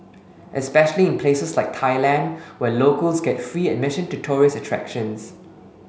especially in places like Thailand where locals get free admission to tourist attractions